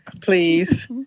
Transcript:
please